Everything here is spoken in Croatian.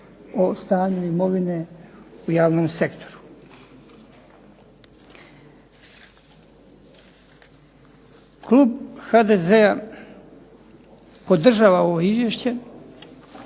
o stanju imovine u javnom sektoru. Klub HDZ-a podržava ovo izvješće